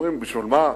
אומרים: בשביל מה,